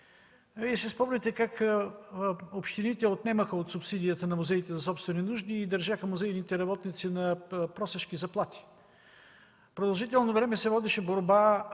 Спомняте си как общините отнемаха от субсидиите на музеите за собствени нужди и държаха музейните работници на просешки заплати. Продължително време се водеше борба